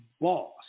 boss